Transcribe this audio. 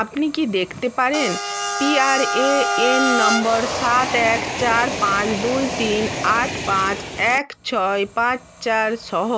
আপনি কি দেখতে পারেন পিআরএএন নম্বর সাত এক চার পাঁচ দুই তিন আট পাঁচ এক ছয় পাঁচ চার সহ